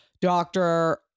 doctor